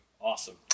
awesome